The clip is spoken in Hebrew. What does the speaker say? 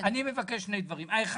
אני מבקש שני דברים: א',